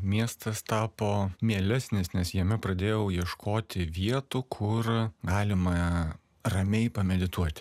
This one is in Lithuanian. miestas tapo mielesnis nes jame pradėjau ieškoti vietų kur galima ramiai pamedituot